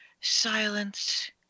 silence